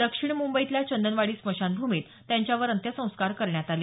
दक्षिण मुंबईतल्या चंदनवाडी स्मशानभूमीत त्यांच्यावर अंत्यसंस्कार करण्यात आले